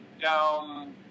Down